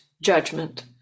judgment